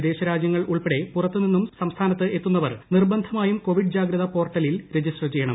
വിദേശ രാജ്യങ്ങൾ ഉൾപ്പെടെ പുറത്തു ്നിന്നും സംസ്ഥാനത്ത് എത്തുന്നവർ നിർബന്ധമായും കോവിഡ് ജാഗ്രതാ പോർട്ടലിൽ രജിസ്റ്റർ ചെയ്യണം